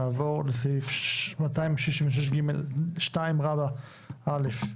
נעבור לסעיף 266ג2 רבא א.